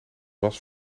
was